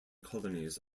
colonies